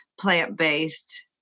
plant-based